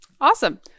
Awesome